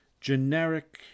Generic